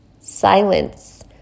silence